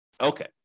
Okay